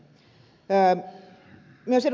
myös ed